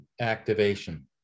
activation